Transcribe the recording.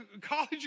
college